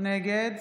נגד